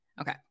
okay